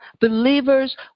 believers